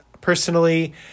Personally